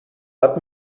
hat